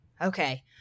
Okay